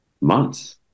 months